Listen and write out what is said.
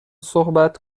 صحبت